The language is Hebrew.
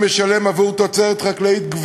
החקלאים: